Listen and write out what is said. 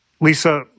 Lisa